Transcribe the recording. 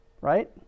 Right